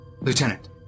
Lieutenant